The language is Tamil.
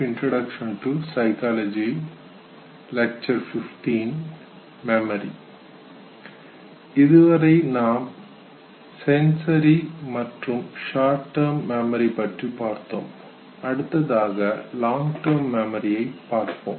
இதுவரை நாம் சென்சரி மற்றும் ஷார்ட் டெர்ம் மெமரி பற்றி பார்த்தோம் அடுத்ததாக லாங் டெர்ம் மெமரி பற்றி பார்ப்போம்